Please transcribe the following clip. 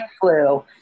flu